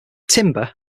timber